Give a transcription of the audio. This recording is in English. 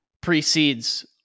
precedes